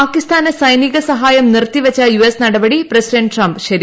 പാകിസ്ഥാന് സൈനിക സഹായം നിർത്തിവച്ച യു എസ് നടപടി പ്രസിഡന്റ് ട്രംപ് ശരിവച്ചു